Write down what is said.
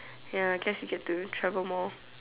ya I guess you do travel more